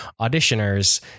auditioners